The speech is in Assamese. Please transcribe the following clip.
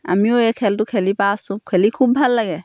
আমিও এই খেলটো খেলি পাইছোঁ খেলি খুব ভাল লাগে